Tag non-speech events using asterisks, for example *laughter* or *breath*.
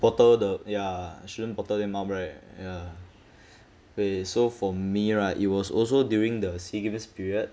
the ya shouldn't your mom right ya *breath* okay so for me right it was also during the SEA games period